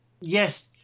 yes